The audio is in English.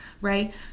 right